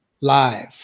Live